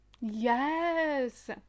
yes